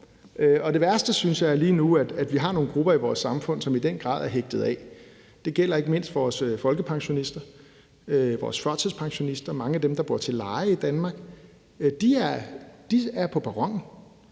Det værste er, synes jeg, at vi lige nu har nogle grupper i vores samfund, som i den grad er hægtet af. Det gælder ikke mindst vores folkepensionister, vores førtidspensionister og mange af dem, der bor til leje i Danmark. De er efterladt